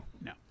No